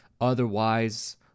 Otherwise